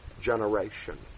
generation